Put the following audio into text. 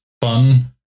fun